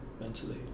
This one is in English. mentally